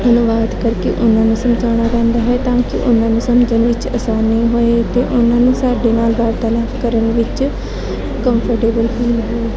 ਅਨੁਵਾਦ ਕਰਕੇ ਉਨ੍ਹਾਂ ਨੂੰ ਸਮਝਾਉਣਾ ਪੈਂਦਾ ਹੈ ਤਾਂ ਕਿ ਉਨ੍ਹਾਂ ਨੂੰ ਸਮਝਣ ਵਿੱਚ ਅਸਾਨੀ ਹੋਏ ਅਤੇ ਉਨ੍ਹਾਂ ਨੂੰ ਸਾਡੇ ਨਾਲ ਵਾਰਤਾਲਾਪ ਕਰਨ ਵਿੱਚ ਕੰਫਰਟੇਬਲ ਫੀਲ ਹੋਏ